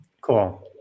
Cool